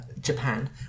Japan